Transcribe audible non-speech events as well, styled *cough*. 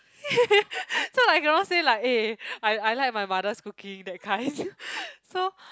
*laughs* so I cannot say like eh I I like my mother's cooking that kind so